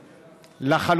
לחלוטין.